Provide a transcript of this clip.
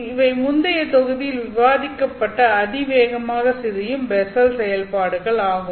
இவை முந்தைய தொகுதியில் விவாதிக்கப்பட்ட அதிவேகமாக சிதையும் பெஸ்ஸல் செயல்பாடுகள் ஆகும்